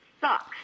sucks